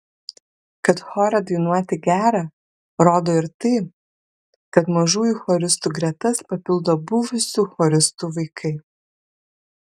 kad chore dainuoti gera rodo ir tai kad mažųjų choristų gretas papildo buvusių choristų vaikai